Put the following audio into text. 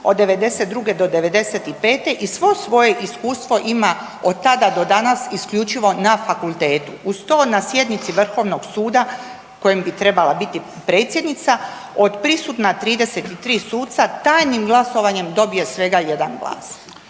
od 92. do 95. i svo svoje iskustvo ima od tada do danas isključivo na fakultetu, uz to na sjednici Vrhovnog suda kojem bi trebala biti predsjednica od prisutna 33 suca tajnim glasovanjem dobije svega jedan glas?